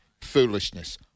foolishness